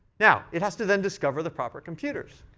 now, it has to then discover the proper computers.